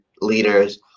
leaders